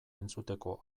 entzuteko